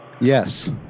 Yes